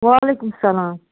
وعلیکُم سلام